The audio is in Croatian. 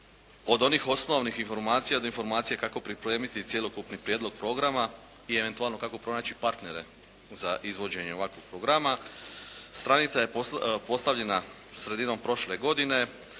od onih osnovnih informacija do informacija kako pripremiti cjelokupni prijedlog programa i eventualno kako pronaći partnere za izvođenje ovakvog programa. Stranica je postavljena sredinom prošle godine